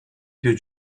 più